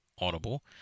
Audible